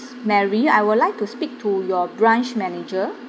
mary I would like to speak to your branch manager